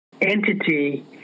entity